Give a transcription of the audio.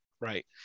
right